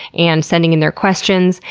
and sending in their questions.